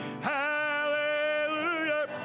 hallelujah